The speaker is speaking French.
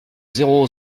zéro